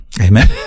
Amen